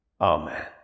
amen